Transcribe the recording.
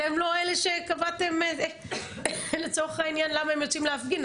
אתם לא אלה שקבעתם לצורך העניין למה הם יוצאים להפגין,